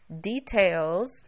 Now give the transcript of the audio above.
details